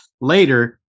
later